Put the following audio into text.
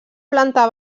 planta